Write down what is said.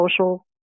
social